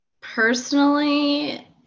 Personally